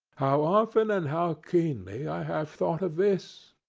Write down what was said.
how often and how keenly i have thought of this,